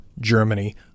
Germany